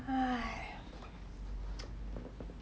!haiya!